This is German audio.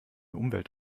umwelt